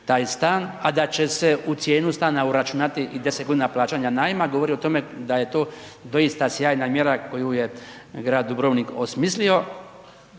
taj stan, a da će se u cijenu stana uračunati i 10 godina plaćanja najma govori o tome da je to doista sjajna mjera koju je grad Dubrovnik osmislio.